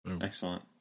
Excellent